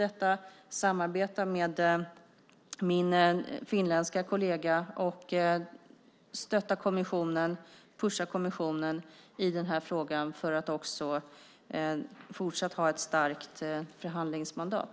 Jag samarbetar med min finländska kollega, och jag stöttar och pushar kommissionen i frågan för att också fortsatt ha ett starkt förhandlingsmandat.